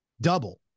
double